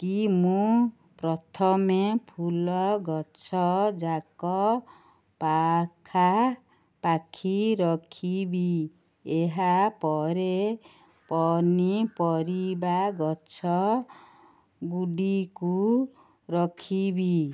କି ମୁଁ ପ୍ରଥମେ ଫୁଲ ଗଛଯାକ ପାଖାପାଖି ରଖିବି ଏହା ପରେ ପନିପରିବା ଗଛ ଗୁଡ଼ିକୁ ରଖିବି